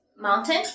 mountain